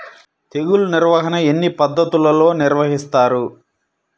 తెగులు నిర్వాహణ ఎన్ని పద్ధతులలో నిర్వహిస్తారు?